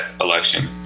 election